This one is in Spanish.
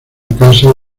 casa